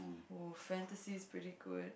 oh fantasy is pretty good